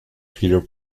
peter